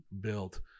built